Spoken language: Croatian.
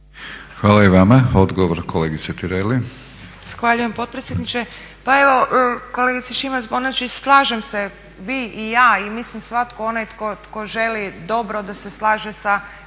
Hvala i vama. Odgovor kolegice Tireli.